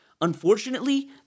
Unfortunately